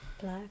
Black